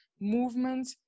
movement